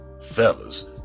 fellas